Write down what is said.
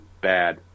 bad